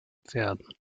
pferden